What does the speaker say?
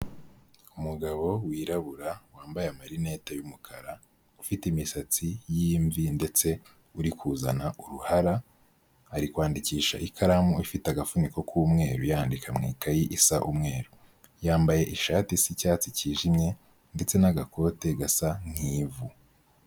Umugabo wirabura wambaye amarinete y'umukara, ufite imisatsi y'imvi ndetse uri kuzana uruhara, ari kwandikisha ikaramu ifite agafuniko k'umweru yanyandika mu ikayi isa umweru. Yambaye ishati isa icyatsi cyijimye ndetse n'agakote gasa nk'ivu.